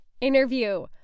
interview